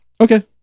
okay